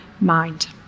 mind